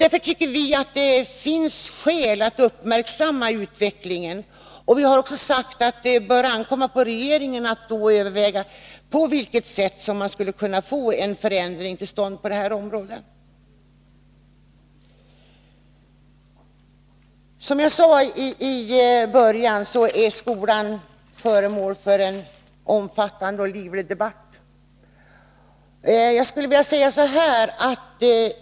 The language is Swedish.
Därför tycker vi att det finns skäl att uppmärksamma utvecklingen. Vi har också sagt att det bör ankomma på regeringen att överväga på vilket sätt man skulle kunna få en förändring till stånd på detta område. Som jag sade i början är skolan föremål för en omfattande och livlig debatt.